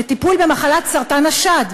לטיפול בסרטן השד: